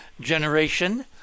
generation